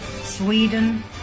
Sweden